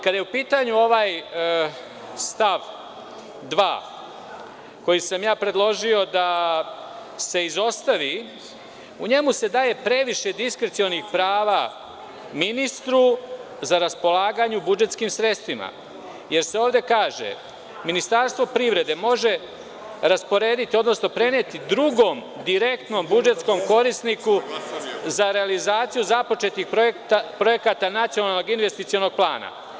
Kada je u pitanju ovaj stav 2. koji sam predložio da se izostavi, u njemu se daje previše diskrecionih prava ministru za raspolaganje budžetskim sredstvima, jer se ovde kaže: „Ministarstvo privrede može rasporediti, odnosno preneti drugom direktnom budžetskom korisniku za realizaciju započetih projekata Nacionalnog investicionog plana…